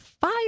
five